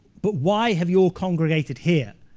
but why have you all congregated here?